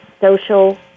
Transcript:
social